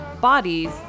bodies